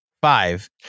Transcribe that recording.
five